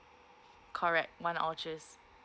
correct one